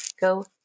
go